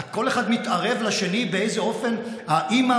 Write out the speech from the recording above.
כל אחד מתערב לשני באיזה אופן האימא